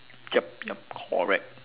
yup yup correct